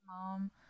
mom